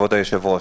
כבוד היושב-ראש,